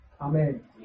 Amen